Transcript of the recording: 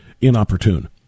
inopportune